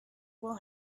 will